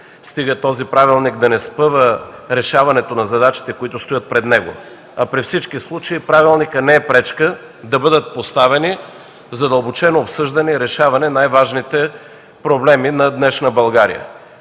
стига той да не спъва решаването на задачите, които стоят пред него, а при всички случаи правилникът не е пречка да бъдат поставени, задълбочено обсъждани и решавани най-важните проблеми на днешна България.